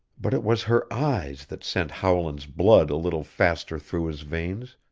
but it was her eyes that sent howland's blood a little faster through his veins.